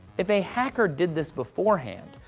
if a hacker did this beforehand,